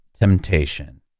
Temptation